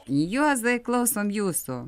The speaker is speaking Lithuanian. juozai klausom jūsų